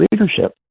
leadership